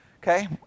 Okay